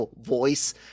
voice